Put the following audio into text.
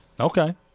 Okay